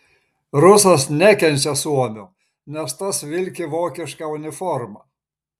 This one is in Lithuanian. rusas nekenčia suomio nes tas vilki vokišką uniformą